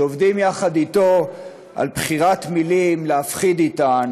שעובדים יחד אתו על בחירת מילים להפחיד אתן,